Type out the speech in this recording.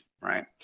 Right